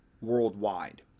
worldwide